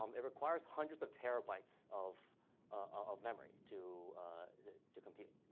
um it requires hundreds of terabytes of of memory to to compute.